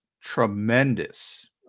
tremendous